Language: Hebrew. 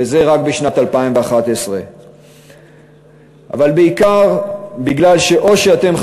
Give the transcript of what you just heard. וזה רק בשנת 2011. אבל בעיקר מפני שאתם,